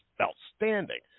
outstanding